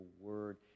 word